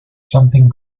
something